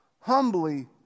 humbly